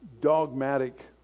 dogmatic